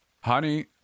Honey